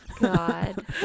God